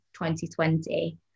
2020